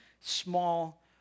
small